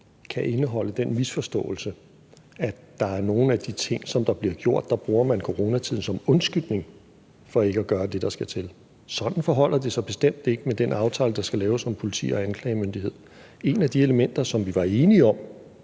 kan indeholde den misforståelse i forhold til nogle af de ting, som der bliver gjort, at man bruger coronatiden som undskyldning for ikke at gøre det, der skal til. Sådan forholder det sig bestemt ikke med den aftale, der skal laves om politi og anklagemyndighed. Et af de elementer, som vi var enige om,